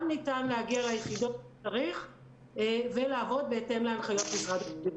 ניתן גם להגיע ליחידות אם צריך ולעבוד בהתאם להנחיות משרד הבריאות.